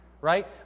right